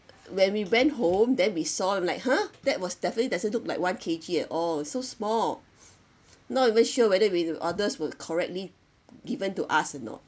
when we went home then we saw we'll like !huh! that was definitely doesn't look like one K_G at all so small not even sure whether if the orders were correctly given to us or not